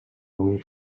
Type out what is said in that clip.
bon